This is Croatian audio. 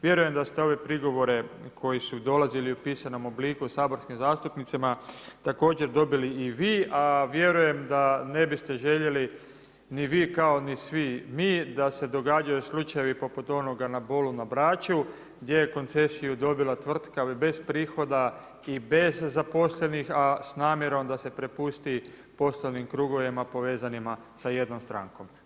Vjerujem da ste ove prigovore koji su dolazili u pisanom obliku saborskim zastupnicima također dobili i vi, a vjerujem da ne biste željeli ni vi kao ni svi mi da se događaju slučajevi poput onoga na Bolu na Braču gdje je koncesiju dobila tvrtka bez prihoda i bez zaposlenih, a s namjerom da se prepusti poslovnim krugovima povezanima sa jednom strankom.